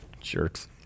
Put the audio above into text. Jerks